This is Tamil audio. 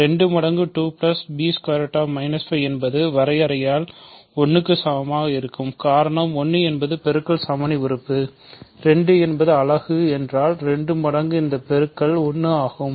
2 மடங்கு என்பது வரையறையால் 1 க்கு சமமாக இருக்கும் காரணம் 1 என்பது பெருக்க சமணி உறுப்பு 2 என்பது ஒரு அலகு என்றால் 2 மடங்கு இந்தப் பெருக்கல் 1 ஆகும்